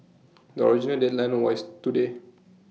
the original deadline was today